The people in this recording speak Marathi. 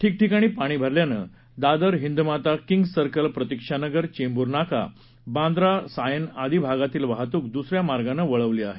ठिकठिकाणी पाणी भरल्यानं दादर हिंदमाता किंग्ज सर्कल प्रतिक्षनगर चेंबूर नाका बांद्रा सायन आधी भागातील वाहतूक दुसऱ्या मार्गानं वळवली आहे